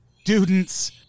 students